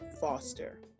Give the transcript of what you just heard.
Foster